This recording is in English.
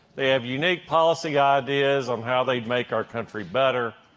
they have unique policy ideas on how they'd make our country better.